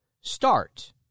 start